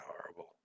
horrible